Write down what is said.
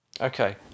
Okay